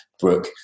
Brooke